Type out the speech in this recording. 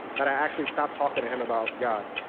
that i actually stopped talking to him about god.